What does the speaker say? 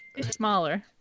smaller